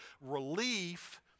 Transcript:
relief